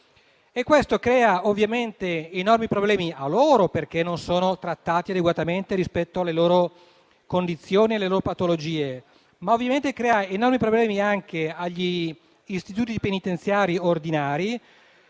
Ciò crea enormi problemi a loro, perché non sono trattate adeguatamente rispetto alle loro condizioni e patologie, ma ovviamente anche agli istituti penitenziari ordinari,